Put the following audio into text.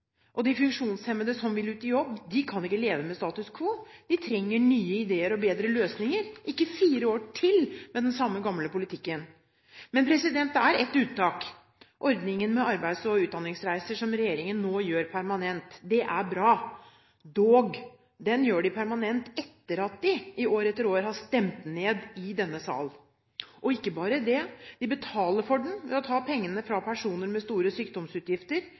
og de funksjonshemmede som vil ut i jobb, kan ikke leve med status quo. De trenger nye ideer og bedre løsninger – ikke fire år til med den samme gamle politikken. Men det er ett unntak, nemlig ordningen med arbeids- og utdanningsreiser som regjeringen nå gjør permanent. Det er bra. Dog: De gjør den permanent etter at de år etter år har stemt den ned i denne sal. Og ikke nok med det: De betaler for den ved å ta pengene fra personer med store sykdomsutgifter